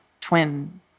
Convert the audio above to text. twin